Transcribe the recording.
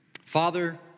Father